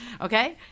Okay